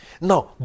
Now